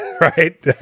Right